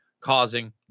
causing